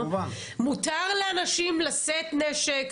מותר לאנשים לשאת נשק,